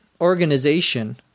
organization